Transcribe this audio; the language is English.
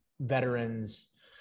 veterans